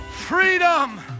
freedom